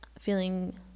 feeling